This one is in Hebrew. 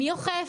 מי אוכף,